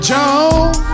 Jones